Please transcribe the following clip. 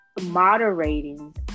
moderating